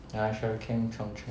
ya sure can chung cheng